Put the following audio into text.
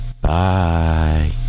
Bye